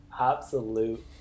absolute